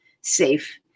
safe